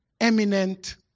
eminent